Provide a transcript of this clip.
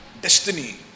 destiny